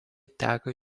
teka